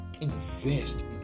invest